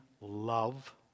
love